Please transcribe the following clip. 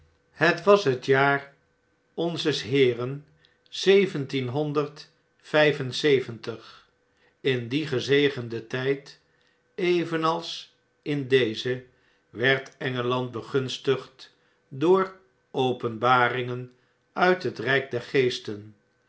het was het jaar onzes heeren zeventienhonderd vn'f en zeventig in dien gezegenden tijd evenals in dezen werd engeland begunstigd door openbaringen uit het rijk der geesten